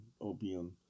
opium